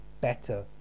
better